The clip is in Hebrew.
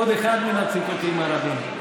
עוד אחד מהציטוטים הרבים.